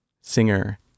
singer